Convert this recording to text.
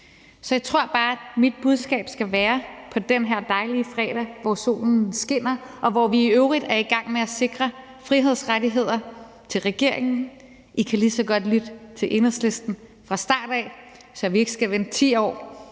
Så jeg tror bare, at mit budskab til regeringen på den her dejlige fredag, hvor solen skinner, og hvor vi i øvrigt er i gang med at sikre frihedsrettigheder, vil være: I kan lige så godt lytte til Enhedslisten fra start af, så vi ikke skal vente 10 år